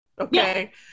Okay